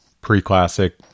pre-classic